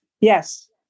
Yes